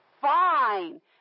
fine